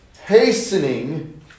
hastening